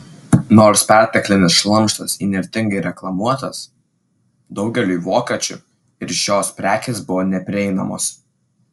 nors perteklinis šlamštas įnirtingai reklamuotas daugeliui vokiečių ir šios prekės buvo neprieinamos